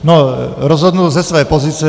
No, rozhodnu ze své pozice.